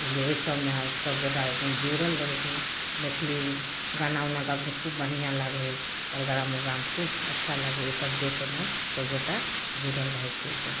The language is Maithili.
बुझलिए ओहि सबमे सभगोटा जुड़ल रहै छथिन मैथिली ओ गाना उना गाबै छथिन खूब बढ़िआँ लागै हइ प्रोग्राम उग्राम खूब अच्छा लागै ओसब देखैमे सभगोटा जुड़ल रहै छी ओ सब